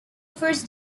first